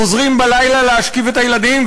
חוזרים בלילה להשכיב את הילדים,